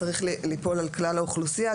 צריך ליפול על כלל האוכלוסייה,